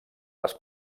les